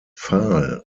pfahl